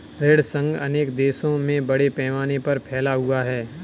ऋण संघ अनेक देशों में बड़े पैमाने पर फैला हुआ है